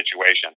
situation